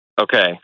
Okay